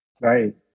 Right